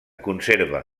conserva